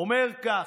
אומר כך: